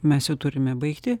mes turime baigti